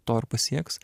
to ir pasieks